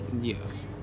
yes